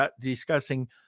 discussing